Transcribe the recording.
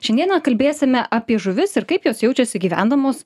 šiandieną kalbėsime apie žuvis ir kaip jos jaučiasi gyvendamos